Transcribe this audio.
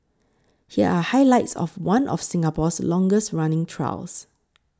here are highlights of one of Singapore's longest running trials